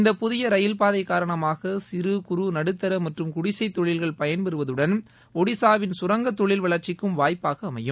இந்த புதிய ரயில்பாதை காரணமாக சிறு குறு நடுத்தர மற்றும் குடிசைத் தொழில்கள் பயன்பெறுவதுடன் ஒடிஸாவின் சுரங்க தொழில் வளர்ச்சிக்கும் வாய்ப்பாக அமையும்